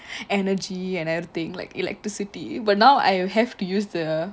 energy and everything like electricity but now I have to use the